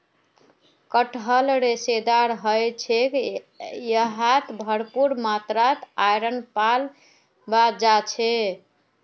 कटहल रेशेदार ह छेक यहात भरपूर मात्रात आयरन पाल जा छेक